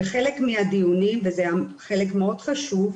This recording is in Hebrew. בחלק מהדיונים וזה חלק מאוד חשוב,